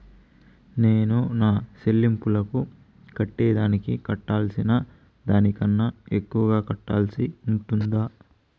నేను నా సెల్లింపులకు కట్టేదానికి కట్టాల్సిన దానికన్నా ఎక్కువగా కట్టాల్సి ఉంటుందా?